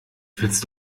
willst